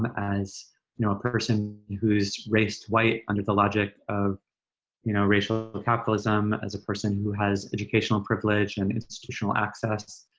as you know a person who's raised white under the logic of you know racial ah capitalism. as a person who has educational privilege and institutional access,